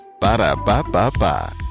Ba-da-ba-ba-ba